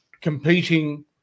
competing